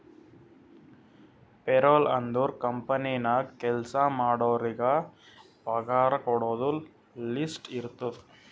payroll ಅಂದುರ್ company ನಾಗ್ ಕೆಲ್ಸಾ ಮಾಡೋರಿಗ ಪಗಾರ ಕೊಡೋದು ಲಿಸ್ಟ್ ಇರ್ತುದ್